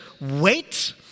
wait